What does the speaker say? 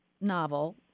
novel